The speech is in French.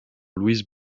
luis